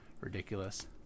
ridiculous